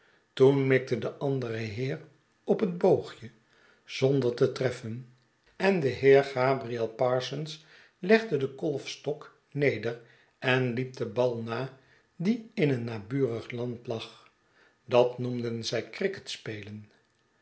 toen mikte de andere heer op het boogje zonder te treffen en de heer gabriel parsons legde den kolfstok neder en liep den bal na die in een naburig land lag dat noemden zij cricket spelen